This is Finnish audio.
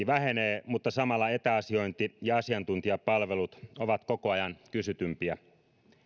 vähenee mutta samalla etäasiointi ja asiantuntijapalvelut ovat koko ajan kysytympiä